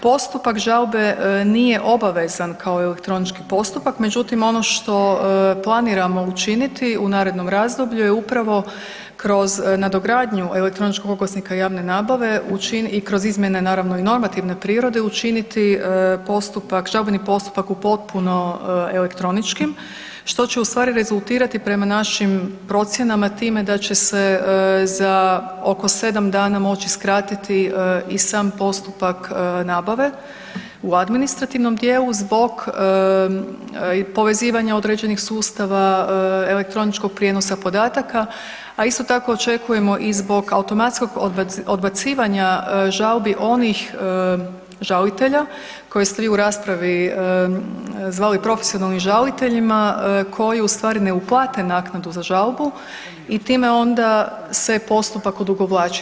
Postupak žalbe nije obavezan kao elektronički postupak, međutim ono što planiramo učiniti u narednom razdoblju je upravo kroz nadogradnju elektroničkog oglasnika javne nabave i kroz izmjene naravno i normativne prirode učiniti žalbeni postupak u potpuno elektroničkim što će ustvari rezultirati prema našim procjenama time da će se za oko sedam dana moći skratiti i sam postupak nabave u administrativnom dijelu zbog povezivanja određenih sustava, elektroničkog prijenosa podataka, a isto tako očekujemo i zbog automatskog odbacivanja žalbi onih žalitelja koji ste vi u raspravi zvali profesionalnim žaliteljima koji ustvari ne uplate naknadu za žalbu i time onda se postupak odugovlači.